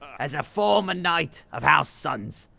as a former knight of house suns,